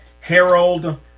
Harold